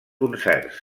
concerts